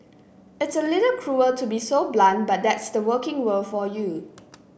it's a little cruel to be so blunt but that's the working world for you